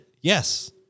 Yes